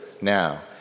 now